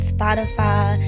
Spotify